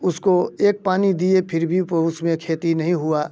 उसको एक पानी दिए फिर भी वो उसमें खेती नहीं हुआ